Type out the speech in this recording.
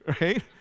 right